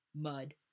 mud